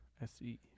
S-E